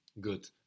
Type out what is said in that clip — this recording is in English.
Good